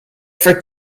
for